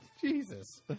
Jesus